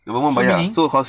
so meaning